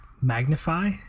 magnify